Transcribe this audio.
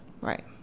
Right